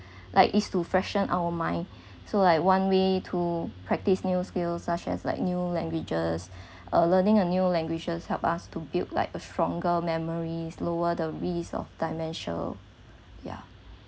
like is to freshen our mind so like one way to practise new skills such as like new languages uh learning a new language helped us to build like a stronger memories lower the risk of dementia yeah